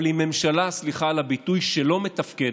אבל היא ממשלה, סליחה על הביטוי, שלא מתפקדת.